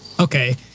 Okay